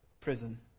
prison